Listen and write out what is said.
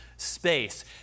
space